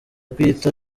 kuyita